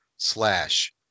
slash